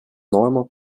normal